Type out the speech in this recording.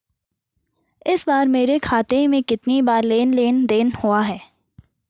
इस महीने मेरे खाते में कितनी बार लेन लेन देन हुआ है?